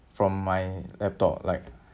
from my laptop like